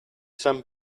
san